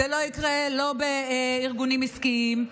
זה לא יקרה בארגונים עסקיים,